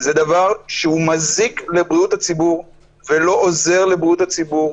אלה דברים שמזיקים לבריאות הציבור ולא עוזר לבריאות הציבור.